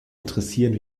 interessieren